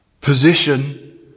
position